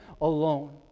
alone